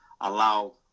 allow